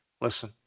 Listen